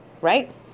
right